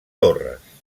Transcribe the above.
torres